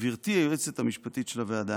גברתי היועצת המשפטית של הוועדה,